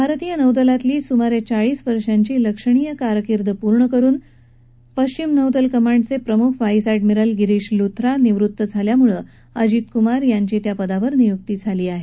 भारतीय नौदलातली आपली सुमारे चाळीस वर्षांची लक्षणीय कारकीर्द पूर्ण करुन पश्चिम नौदल कमांडचे प्रमुख व्हाईस एडमिरल गिरीश लुध्रा निवृत्त झाल्यामुळे अजित कुमार यांची त्या पदावर नियुक्ती झाली आहे